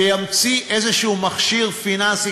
שימציא איזשהו מכשיר פיננסי,